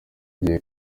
gihe